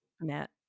Matt